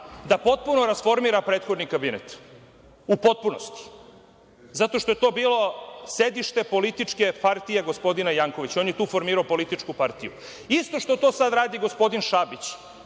da potpuno rasformira prethodni kabinet u potpunosti, jer je to bilo sedište političke partije gospodina Jankovića. On je tu formirao političku partiju. To isto radi gospodin Šabić